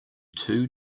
two